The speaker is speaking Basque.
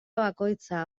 bakoitza